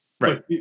Right